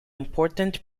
important